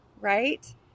right